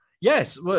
Yes